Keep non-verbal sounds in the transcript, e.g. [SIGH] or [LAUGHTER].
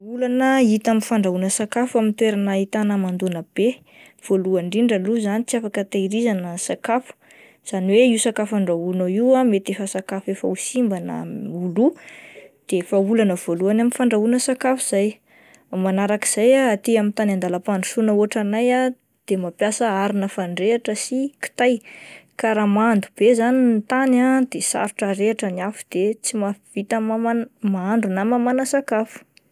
Olana hita amin'ny fandrahoana sakafo amin'ny toerana ahitana hamandoana be, voalohany indrindra aloha izany tsy afaka tehirizana ny sakafo izany hoe io sakafo andrahoanao io ah mety efa sakafo efa ho simba na [HESITATION] ho lo de efa olana voalohany amin'ny fandrahoana sakafo izay, ny manarak'izay ah aty amin'ny tany an-dalam-pandrosoana ohatranay ah de mampiasa arina fandrehitra sy kitay, ka raha mando be izany ny tany ah de sarotra arehitra ny afo de tsy mahavita mama-mahandro na mamana sakafo. [NOISE]